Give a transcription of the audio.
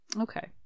okay